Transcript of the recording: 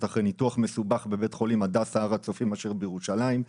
אחרי ניתוח מסובך בבית חולים הדסה הר הצופים אשר בירושלים.